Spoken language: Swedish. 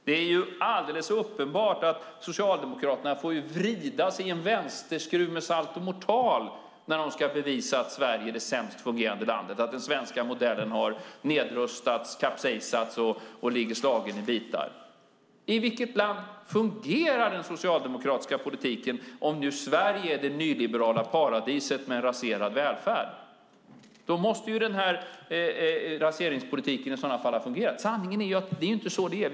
Det är alldeles uppenbart att Socialdemokraterna får vrida sig i en vänsterskruv med saltomortal när de ska bevisa att Sverige är det sämst fungerande landet och att den svenska modellen har nedrustats, kapsejsat och ligger slagen i bitar. I vilket land fungerar den socialdemokratiska politiken om nu Sverige är ett nyliberalt paradis med en raserad välfärd? Då måste ju raseringspolitiken ha fungerat. Sanningen är att det inte är så det är.